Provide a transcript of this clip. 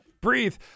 Breathe